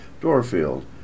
Dorfield